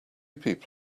people